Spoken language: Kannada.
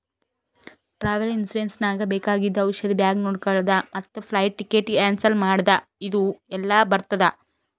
ಟ್ರಾವೆಲ್ ಇನ್ಸೂರೆನ್ಸ್ ನಾಗ್ ಬೇಕಾಗಿದ್ದು ಔಷಧ ಬ್ಯಾಗ್ ನೊಡ್ಕೊಳದ್ ಮತ್ ಫ್ಲೈಟ್ ಟಿಕೆಟ್ ಕ್ಯಾನ್ಸಲ್ ಮಾಡದ್ ಇದು ಎಲ್ಲಾ ಬರ್ತುದ